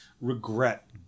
regret